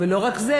לא רק זה,